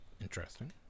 Interesting